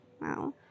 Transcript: wow